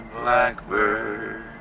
blackbird